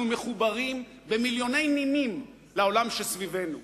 אנחנו מחוברים במיליוני נימים לעולם שסביבנו.